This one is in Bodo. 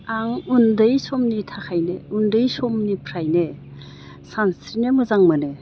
आं उन्दै समनिफ्रायनो सानस्रिनो मोजां मोनो